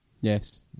Yes